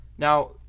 Now